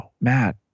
matt